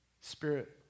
Spirit